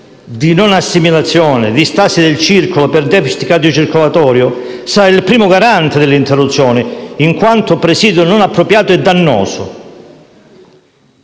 di non assimilazione, di stasi del circolo per *deficit* cardiocircolatorio, sarà il primo garante dell'interruzione, in quanto presidio non appropriato e dannoso.